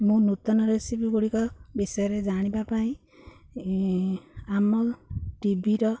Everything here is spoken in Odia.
ମୁଁ ନୂତନ ରେସିପି ଗୁଡ଼ିକ ବିଷୟରେ ଜାଣିବା ପାଇଁ ଆମ ଟିଭିର